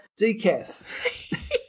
decaf